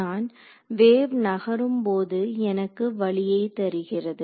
தான் வேவ் நகரும் போது எனக்கு வழியைத் தருகிறது